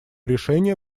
решения